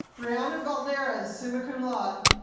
reina valladares, summa cum laude.